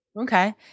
Okay